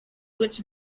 which